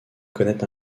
connaît